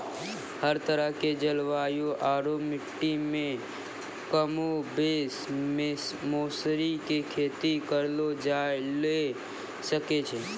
हर तरह के जलवायु आरो मिट्टी मॅ कमोबेश मौसरी के खेती करलो जाय ल सकै छॅ